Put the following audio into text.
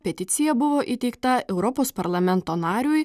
peticija buvo įteikta europos parlamento nariui